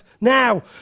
now